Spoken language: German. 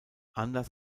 anders